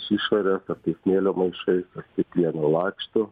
su išore kokiais smėlio maišai ar su plieno lakštu